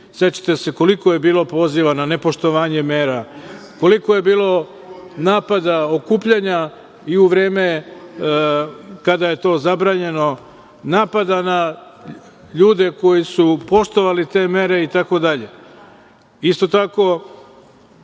se koliko je bilo poziva na nepoštovanje mera, koliko je bilo napada, okupljanja i u vreme kada je to zabranjeno, napada na ljude koji su poštovali te mere i tako